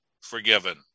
forgiven